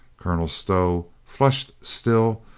colonel stow, flushed still,